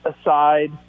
aside